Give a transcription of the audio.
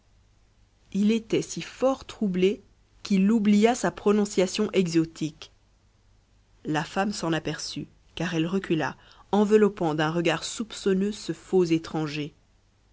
il était si fort troublé qu'il oublia sa prononciation exotique la femme s'en aperçut car elle recula enveloppant d'un regard soupçonneux ce faux étranger